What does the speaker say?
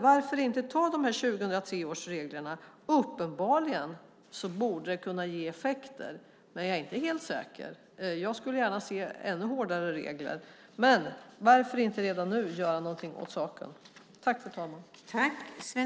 Varför inte ta 2003 års regler? Uppenbarligen borde det kunna ge effekter, även om jag inte är helt säker. Jag skulle gärna se ännu hårdare regler. Men varför inte redan nu göra någonting åt saken?